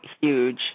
huge